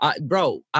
bro